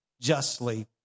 justly